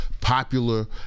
popular